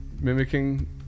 mimicking